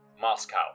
Moscow